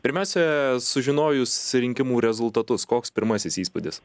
pirmiausia sužinojus rinkimų rezultatus koks pirmasis įspūdis